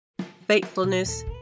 faithfulness